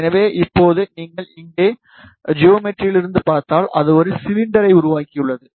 எனவே இப்போது நீங்கள் இங்கே ஜோயோமெட்ரிலிருந்து பார்த்தால் அது ஒரு சிலிண்டரை உருவாக்கியுள்ளது